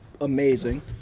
amazing